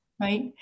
Right